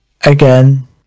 again